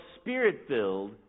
spirit-filled